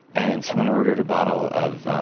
and someone ordered a bottle of,